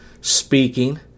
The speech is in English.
speaking